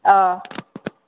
ꯑꯥꯎ